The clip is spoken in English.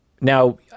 Now